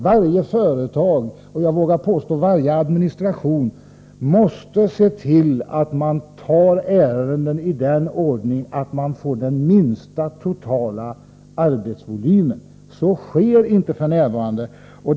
Varje företag och — det vågar jag påstå — varje institution måste se till att ta ärenden iden ordningen att man får den minsta totala arbetsvolymen. Så sker inte f. n.